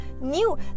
new